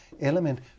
element